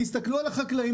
תסתכלו על החקלאים,